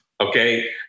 Okay